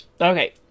Okay